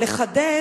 אני רוצה לחדד.